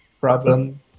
problem